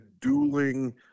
dueling